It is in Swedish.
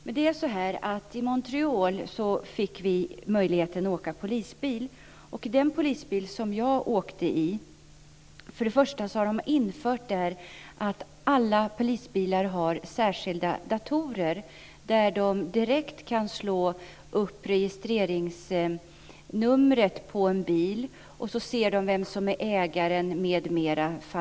Men vi fick möjligheten att åka med i en polisbil i Montreal. Där har man infört datorer i alla polisbilar så att man direkt kan slå upp en bils registreringsnummer och se vem som är ägare m.m.